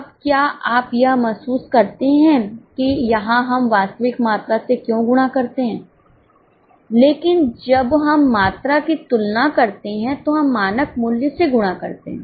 अब क्या आप यह महसूस करते हैं कि यहां हम वास्तविक मात्रा से क्यों गुणा करते हैं लेकिन जब हम मात्रा की तुलना करते हैं तो हम मानक मूल्य से गुणा करते हैं